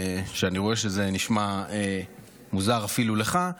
אני רואה שזה נשמע מוזר אפילו לך,